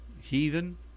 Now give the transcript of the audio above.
heathen